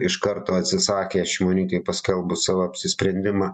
iš karto atsisakė šimonytei paskelbus savo apsisprendimą